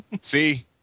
See